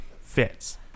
fits